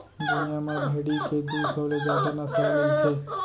दुनिया म भेड़ी के दू सौ ले जादा नसल मिलथे